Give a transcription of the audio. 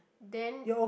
then